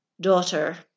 Daughter